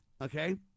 Okay